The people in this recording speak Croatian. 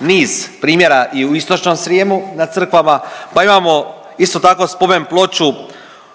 niz primjera i u istočnom Srijemu na crkvama pa imamo isto tako spomen ploču